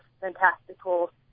fantastical